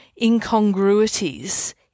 incongruities